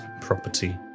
property